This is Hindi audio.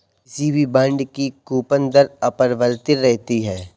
किसी भी बॉन्ड की कूपन दर अपरिवर्तित रहती है